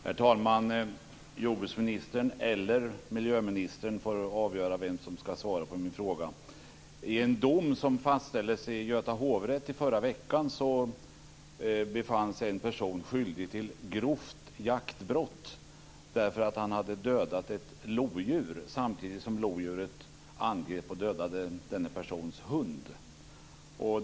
Herr talman! Jordbruksministern eller miljöministern får avgöra vem som ska svara på min fråga. I en dom som fastställdes i Göta hovrätt i förra veckan befanns en person skyldig till grovt jaktbrott därför att han hade dödat ett lodjur samtidigt som lodjuret angrep och dödade denna persons hund.